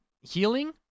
Healing